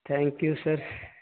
thank you sir